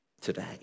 today